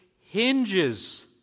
hinges